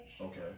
Okay